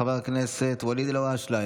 חבר הכנסת ואליד אלהואשלה,